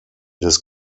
des